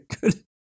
Good